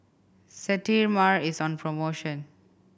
sterimar is on promotion